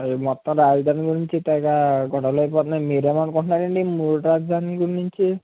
అది మొత్తం రాజధాని గురించి తెగ గొడవలు అయి పోతున్నాయి మీరు ఏమి అనుకుంటున్నారు అండి మూడు రాజధానులు గురించి